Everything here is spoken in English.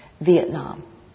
Vietnam